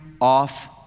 off